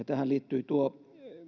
tähän liittyy tuo